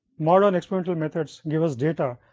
modern experimental methods, give us data,